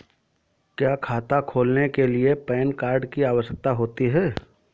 क्या खाता खोलने के लिए पैन कार्ड की आवश्यकता होती है?